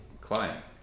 client